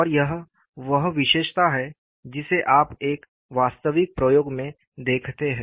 और यह वह विशेषता है जिसे आप एक वास्तविक प्रयोग में देखते हैं